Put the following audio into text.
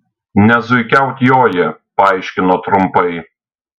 ne zuikiaut joji paaiškino trumpai